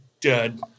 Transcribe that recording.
dead